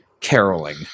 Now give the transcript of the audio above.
caroling